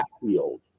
field